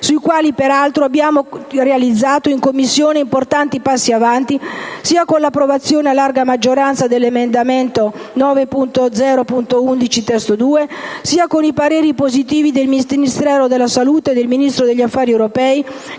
sui quali peraltro abbiamo realizzato in Commissione importanti passi in avanti, sia con l'approvazione a larga maggioranza dell'emendamento 9.0.11 (testo 2), sia per i pareri favorevoli del Ministro della salute e del Ministro per gli affari europei,